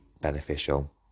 beneficial